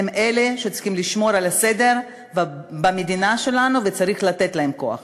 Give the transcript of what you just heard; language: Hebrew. הם אלה שצריכים לשמור על הסדר במדינה שלנו וצריך לתת להם כוח,